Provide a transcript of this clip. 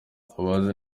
abazi